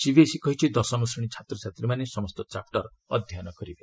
CBSE କହିଛି ଦଶମ ଶ୍ରେଣୀ ଛାତ୍ରଛାତ୍ରୀମାନେ ସମସ୍ତ ଚାପୁର ଅଧ୍ୟନ କରିବେ